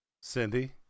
Cindy